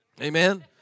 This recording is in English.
Amen